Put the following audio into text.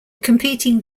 competing